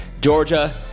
Georgia